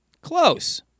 Close